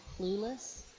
clueless